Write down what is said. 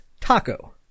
taco